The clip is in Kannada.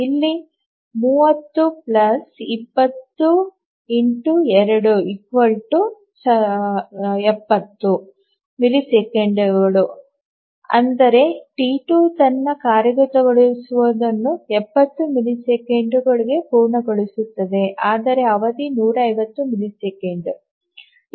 ಇಲ್ಲಿ 30 20 ∗ 2 70 ಮಿಲಿಸೆಕೆಂಡ್ ಅಂದರೆ ಟಿ2 ತನ್ನ ಕಾರ್ಯಗತಗೊಳಿಸುವನ್ನು 70 ಮಿಲಿಸೆಕೆಂಡು ಪೂರ್ಣಗೊಳಿಸುತ್ತದೆ ಆದರೆ ಅವಧಿ 150 ಮಿಲಿಸೆಕೆಂಡ್